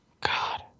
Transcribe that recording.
God